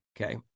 Okay